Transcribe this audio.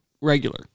regular